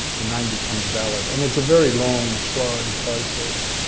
the name becomes valid, and it's a very long, slow process.